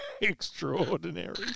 Extraordinary